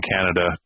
Canada